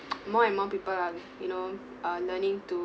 more and more people are you know uh learning to